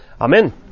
amen